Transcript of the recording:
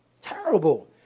Terrible